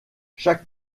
chaque